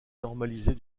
normalisée